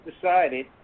decided